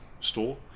store